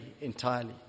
entirely